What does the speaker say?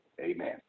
Amen